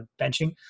benching